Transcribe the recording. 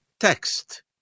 text